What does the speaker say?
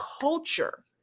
culture